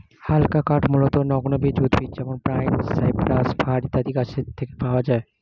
হালকা কাঠ মূলতঃ নগ্নবীজ উদ্ভিদ যেমন পাইন, সাইপ্রাস, ফার ইত্যাদি গাছের থেকে পাওয়া যায়